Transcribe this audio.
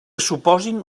suposin